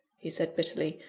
he said, bitterly,